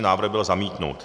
Návrh byl zamítnut.